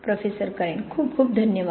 professor Karen खूप खूप धन्यवाद